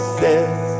says